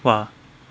!wah!